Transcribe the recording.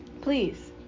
Please